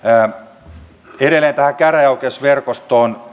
edelleen tähän käräjäoikeusverkostoon